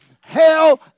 hell